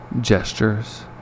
gestures